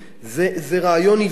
זה רעיון עוועים.